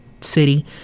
city